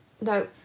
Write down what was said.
No